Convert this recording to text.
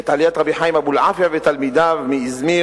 את עליית רבי חיים אבולעפיה ותלמידיו מאיזמיר,